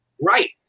Right